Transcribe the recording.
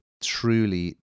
truly